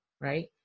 right